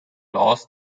lost